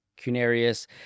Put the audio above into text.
Cunarius